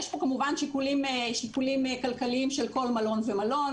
יש פה כמובן שיקולים כלכליים של כל מלון ומלון.